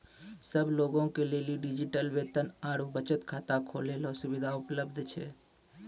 सब लोगे के लेली डिजिटल वेतन आरू बचत खाता खोलै रो सुविधा उपलब्ध छै